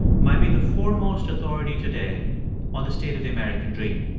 might be the foremost authority today on the state of the american dream.